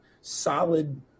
solid